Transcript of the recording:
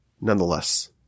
nonetheless